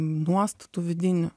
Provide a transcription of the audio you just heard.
nuostatų vidinių